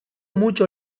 mucho